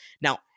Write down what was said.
now